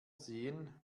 sehen